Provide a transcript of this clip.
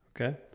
Okay